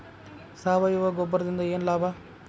ಸಾವಯವ ಗೊಬ್ಬರದಿಂದ ಏನ್ ಲಾಭ?